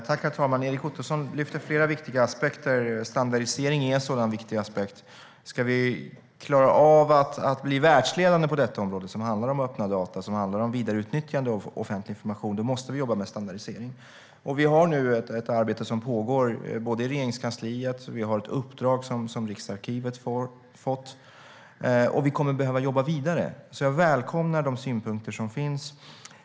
Herr talman! Erik Ottoson lyfter upp flera viktiga aspekter. Standardisering är en sådan viktig aspekt. Ska vi klara av att bli världsledande på detta område som handlar om öppna data och vidareutnyttjande av offentlig information måste vi jobba med standardisering. Vi har nu ett arbete som pågår i Regeringskansliet och ett uppdrag som Riksarkivet fått. Vi kommer att behöva jobba vidare. Jag välkomnar de synpunkter som finns.